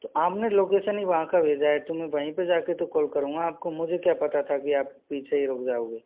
तो आपने लोकेसन ही वहाँ का भेजा है तो वहीं पे जाकर तो कॉल करूँगा आपको मुझे क्या पता था कि आप पीछे ही रुक जाओगे